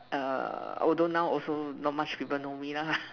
err although now also not much people know me lah